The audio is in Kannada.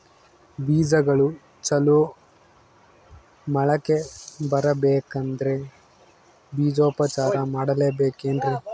ಬೇಜಗಳು ಚಲೋ ಮೊಳಕೆ ಬರಬೇಕಂದ್ರೆ ಬೇಜೋಪಚಾರ ಮಾಡಲೆಬೇಕೆನ್ರಿ?